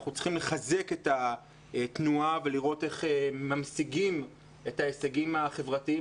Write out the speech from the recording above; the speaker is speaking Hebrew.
אנחנו צריכים לחזק את התנועה ולראות איך ממשיגים את ההישגים החברתיים